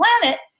planet